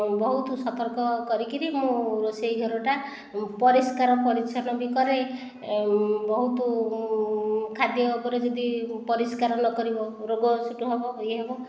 ବହୁତ ସତର୍କ କରିକରି ମୁଁ ରୋଷେଇ ଘରଟା ପରିଷ୍କାର ପରିଚ୍ଛନ୍ନ ବି କରେ ବହୁତ ଖାଦ୍ୟ ଉପରେ ଯଦି ପରିଷ୍କାର ନକରିବ ରୋଗ ସେଠୁ ହେବ ଇଏ ହେବ